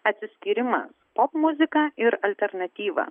atsiskyrimas popmuzika ir alternatyva